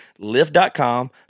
Lyft.com